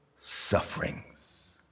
sufferings